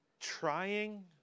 trying